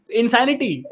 insanity